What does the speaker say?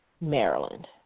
Maryland